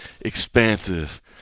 expansive